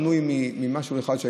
הוא לא בנוי ממשהו אחד,